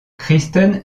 kristen